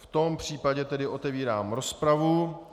V tom případě tedy otevírám rozpravu.